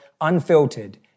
Unfiltered